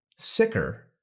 sicker